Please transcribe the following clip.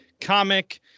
comic